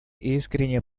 искренне